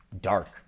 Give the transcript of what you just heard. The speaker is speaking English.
dark